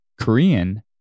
Korean